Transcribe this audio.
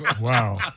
Wow